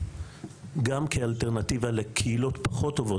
גם כאלטרנטיבה לקהילות פחות טובות,